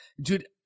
Dude